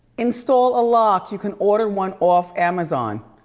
install a lock, you can order one off amazon.